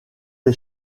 les